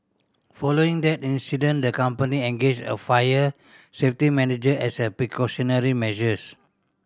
following that incident the company engaged a fire safety manager as a precautionary measures